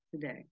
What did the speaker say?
today